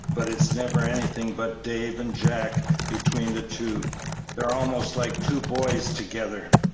but it's never anything but dave and jack between the two they're almost like two boys together.